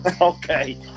Okay